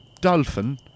dolphin